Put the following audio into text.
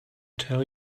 tell